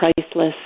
priceless